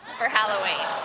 for halloween.